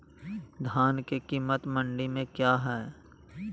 धान के कीमत मंडी में क्या है?